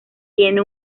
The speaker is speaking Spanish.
tiene